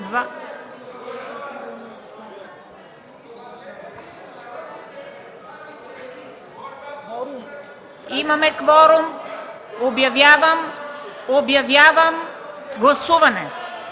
Имаме кворум, обявявам гласуване.